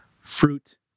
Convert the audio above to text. fruit